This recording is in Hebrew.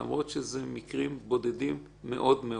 למרות שאלו מקרים בודדים מאוד-מאוד.